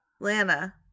Lana